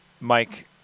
Mike